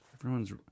everyone's